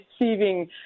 receiving